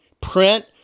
print